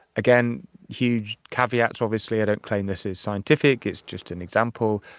again, huge caveats obviously, i don't claim this is scientific, it's just an example.